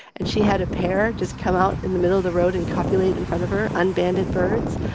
and she had a pair just come out in the middle of the road and copulate in front of her unbranded birds,